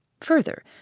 Further